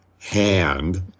hand